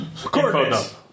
coordinates